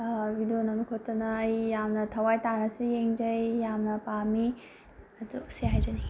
video ꯅꯝ ꯈꯣꯠꯇꯅ ꯑꯩ ꯌꯥꯝꯅ ꯊꯋꯥꯏ ꯇꯥꯅꯁꯨ ꯌꯦꯡꯖꯩ ꯌꯥꯝꯅ ꯄꯥꯝꯃꯤ ꯑꯗꯨ ꯁꯦ ꯍꯥꯏꯖꯅꯤꯡꯉꯤ